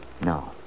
No